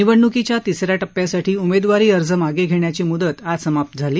निवडणुकीच्या तिस या टप्प्यासाठी उमेदवारी अर्ज मागे घेण्याची मुदतही आज समाप्त झाली